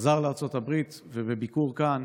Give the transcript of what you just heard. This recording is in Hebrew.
חזר לארצות הברית, ובביקור כאן